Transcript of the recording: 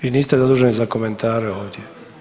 Vi niste zaduženi za komentare ovdje.